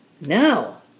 Now